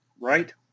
right